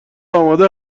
آماده